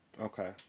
Okay